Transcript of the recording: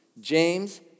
James